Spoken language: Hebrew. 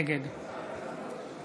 נגד